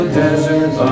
desert